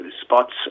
spots